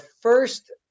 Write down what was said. first